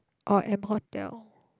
or M-Hotel